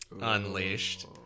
Unleashed